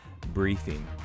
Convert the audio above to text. briefing